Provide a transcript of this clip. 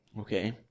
Okay